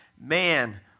man